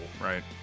right